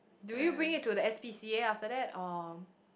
do you bring it to the S_P_C_A after that or